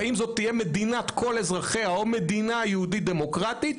האם זאת תהיה מדינת כל אזרחיה או מדינה יהודית דמוקרטית.